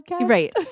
Right